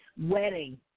wedding